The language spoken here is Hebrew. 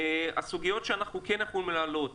בין הסוגיות שאנחנו כן יכולים להעלות,